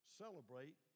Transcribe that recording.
celebrate